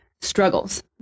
struggles